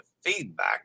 feedback